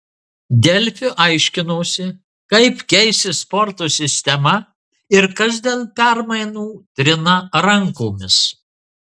delfi aiškinosi kaip keisis sporto sistema ir kas dėl permainų trina rankomis